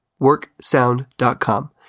worksound.com